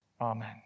Amen